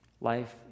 Life